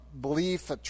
belief